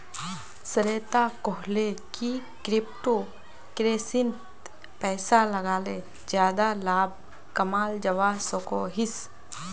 श्वेता कोहले की क्रिप्टो करेंसीत पैसा लगाले ज्यादा लाभ कमाल जवा सकोहिस